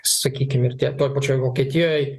sakykim ir tie toj pačioj vokietijoje